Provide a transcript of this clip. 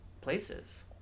places